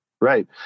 Right